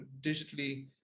digitally